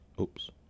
oops